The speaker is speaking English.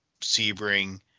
Sebring